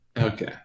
Okay